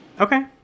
Okay